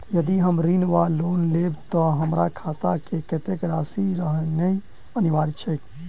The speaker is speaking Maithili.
यदि हम ऋण वा लोन लेबै तऽ हमरा खाता मे कत्तेक राशि रहनैय अनिवार्य छैक?